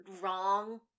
wrong